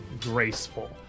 graceful